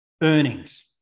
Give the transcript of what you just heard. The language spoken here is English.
earnings